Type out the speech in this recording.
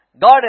God